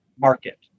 market